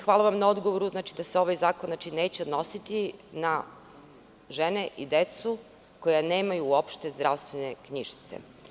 Hvala vam i na odgovoru da se ovaj zakon neće odnositi na žene i decu koja nemaju uopšte zdravstvene knjižice.